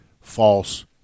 false